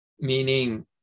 meaning